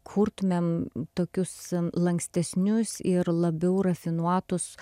kurtumėm tokius lankstesnius ir labiau rafinuotus